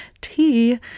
tea